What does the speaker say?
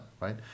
right